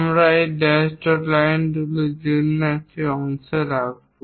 আমরা এই dash dot লাইনগুলি দেখানোর জন্য একটি অংশে থাকব